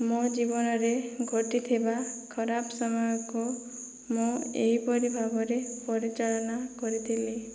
ମୋ ଜୀବନରେ ଘଟିଥିବା ଖରାପ ସମୟକୁ ମୁଁ ଏହିପରି ଭାବରେ ପରିଚାଳନା କରିଥିଲି